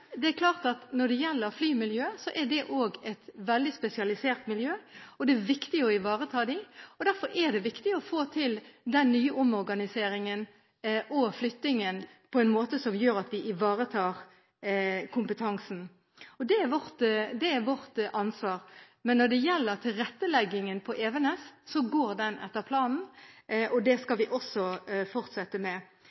Det er klart at når det gjelder flymiljøet, som er et veldig spesialisert miljø, er det viktig å ivareta dem. Derfor er det viktig å få til den nye omorganiseringen og flyttingen på en måte som gjør at vi ivaretar kompetansen, og det er vårt ansvar. Når det gjelder tilretteleggingen på Evenes, går den etter planen, og det